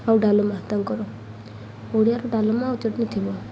ଆଉ ଡାଲମା ତାଙ୍କର ଓଡ଼ିଆର ଡାଲମା ଆଉ ଚଟଣି ଥିବ